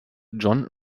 john